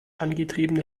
angetriebene